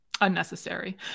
unnecessary